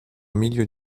milieu